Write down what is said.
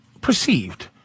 perceived